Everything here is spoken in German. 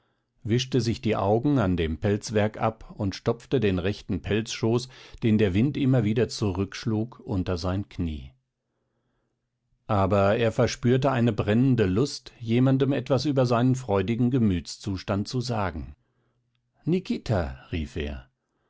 wischte sich die augen an dem pelzwerk ab und stopfte den rechten pelzschoß den der wind immer wieder zurückschlug unter sein knie aber er verspürte eine brennende lust jemandem etwas über seinen freudigen gemütszustand zu sagen nikita rief er